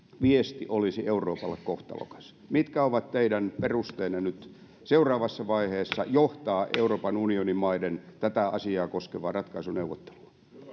viesti olisi euroopalle kohtalokas mitkä ovat teidän perusteenne nyt seuraavassa vaiheessa johtaa euroopan unionin maiden tätä asiaa koskevaa ratkaisuneuvottelua